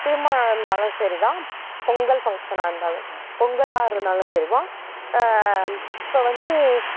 திருமணம் இருந்தாலும் சரிதான் பொங்கல் ஃபங்க்ஷன்னா இருந்தாலும் பொங்கலாக இருந்தாலும் சரிதான் இப்போ வந்து